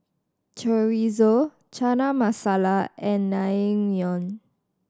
Chorizo Chana Masala and Naengmyeon